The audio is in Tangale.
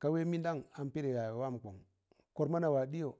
ka wẹ mịndan an pịrị yaz wam kọn kọr mana wa ɗịyọ,